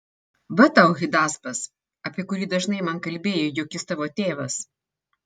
va tau hidaspas apie kurį dažnai man kalbėjai jog jis tavo tėvas